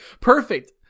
perfect